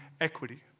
equity